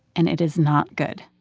and it is not good.